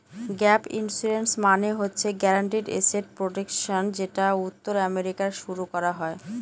gap insurance মানে হচ্ছে guaranteed asset protection যেটা উত্তর আমেরিকায় শুরু করা হয়